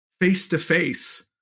face-to-face